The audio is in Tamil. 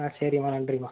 ஆ சரிம்மா நன்றிம்மா